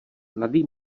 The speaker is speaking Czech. mladý